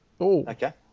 Okay